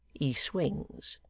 he swings.